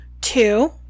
Two